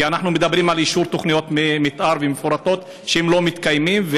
כי אנחנו מדברים על אישור תוכניות מתאר מפורטות שהן לא מתקיימות,